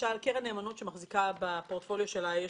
קרן נאמנות שבפורטפוליו שלה יש